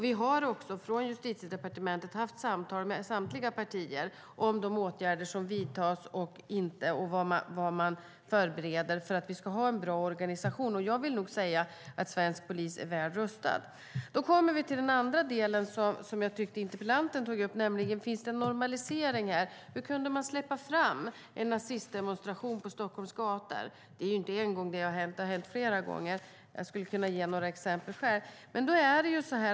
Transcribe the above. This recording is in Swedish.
Vi har också från Justitiedepartementet haft samtal med samtliga partier om de åtgärder som vidtas och inte och vad man förbereder för att man ska ha en bra organisation. Jag vill nog säga att svensk polis är väl rustad. Vi kommer då till den andra delen som interpellanten tog upp: Finns det en normalisering här? Hur kan man släppa fram en nazistdemonstration på Stockholms gator? Det är inte en gång det har hänt, utan det har hänt flera gånger. Jag skulle själv kunna ge några exempel.